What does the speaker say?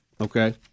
okay